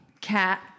Cat